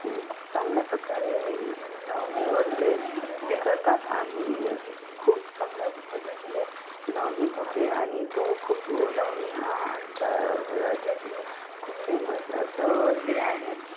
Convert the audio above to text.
खूप चांगल्या प्रकारे लावणीवर ते हे करतात आणि खूप चांगल्या पद्धतीने लावणी होते आणि तो खूप लावणी हा आमच्या राज्यातील खूप फेमस असं हे आहे